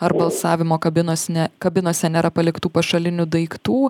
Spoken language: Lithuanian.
ar balsavimo kabinos ne kabinose nėra paliktų pašalinių daiktų